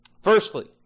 Firstly